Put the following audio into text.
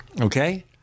okay